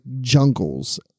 jungles